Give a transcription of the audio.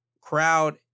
crowd